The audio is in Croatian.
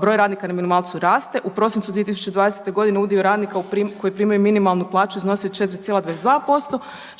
broj radnika na minimalcu raste u prosincu 2020.g. udio radnika koji primaju minimalnu plaću iznosio je 4,22%